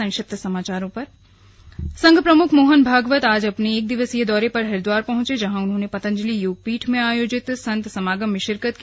संक्षिप्त समाचार संघ प्रमुख मोहन भागवत आज अपने एक दिवसीय दौरे पर हरिद्वार पहुंचे जहां उन्होंने पतंजलि योगपीठ में आयोजित संत समागम में शिरकत की